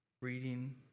reading